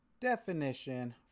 definition